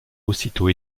aussitôt